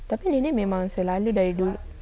tapi dia ni memang selalu dari dulu